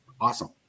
awesome